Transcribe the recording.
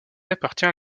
appartient